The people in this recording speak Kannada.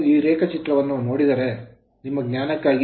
ನೀವು ಈ ರೇಖಾಚಿತ್ರವನ್ನು ನೋಡಿದರೆ ನಿಮ್ಮ ಜ್ಞಾನಕ್ಕಾಗಿ